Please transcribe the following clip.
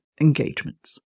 engagements